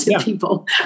people